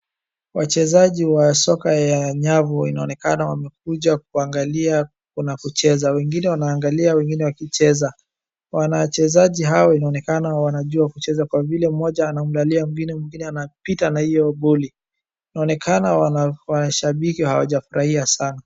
Wachezaji wa soka ya nyavu inaonekana wamekuja kuangalia na kucheza, wengine wanaangalia wengine wakicheza. Wachezaji hao inaonekana wanajua kucheza Kwa vile mmoja anaangalia mwingine anapita na hiyo boli, inaonekana wanashabiki hawajafurahia sana.